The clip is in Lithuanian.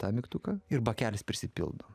tą mygtuką ir bakelis prisipildo